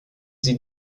sie